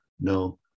no